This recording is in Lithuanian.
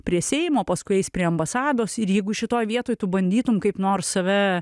prie seimo paskui eis prie ambasados ir jeigu šitoj vietoj tu bandytum kaip nors save